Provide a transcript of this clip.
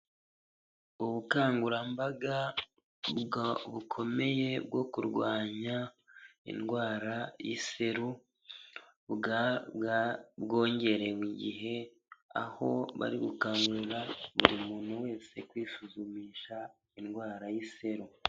Ubukangurambaga bukomeye bwa kurwanya indwara y'iseru, bwa bwa bwongerewe igihe, aho bari gukangurira buri muntu wese kwisuzumisha indwara y'iseru.